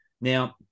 now